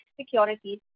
Securities